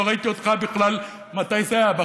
לא ראיתי אותך בכלל, מתי זה היה?